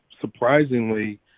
surprisingly